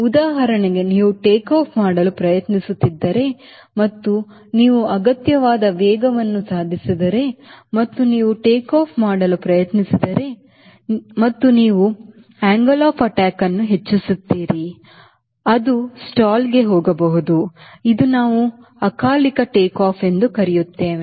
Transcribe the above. ಉದಾಹರಣೆಗೆ ನೀವು ಟೇಕಾಫ್ ಮಾಡಲು ಪ್ರಯತ್ನಿಸುತ್ತಿದ್ದರೆ ಮತ್ತು ನೀವು ಅಗತ್ಯವಾದ ವೇಗವನ್ನು ಸಾಧಿಸದಿದ್ದರೆ ಮತ್ತು ನೀವು ಟೇಕ್ ಆಫ್ ಮಾಡಲು ಪ್ರಯತ್ನಿಸಿದರೆ ಮತ್ತು ನೀವು ದಾಳಿಯ ಕೋನವನ್ನು ಹೆಚ್ಚಿಸುತ್ತೀರಿ ಮತ್ತು ಅದು ಸ್ಟಾಲ್ಗೆ ಹೋಗಬಹುದು ಇದು ನಾವು ಅಕಾಲಿಕ ಟೇಕ್ ಆಫ್ ಎಂದು ಕರೆಯುತ್ತೇವೆ